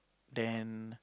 then